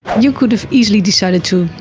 you could have easily decided to,